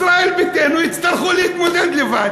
ישראל ביתנו יצטרכו להתמודד לבד.